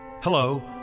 Hello